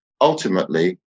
Ultimately